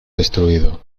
destruido